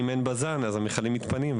אם אין בז"ן, המכלים מתפנים.